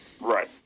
Right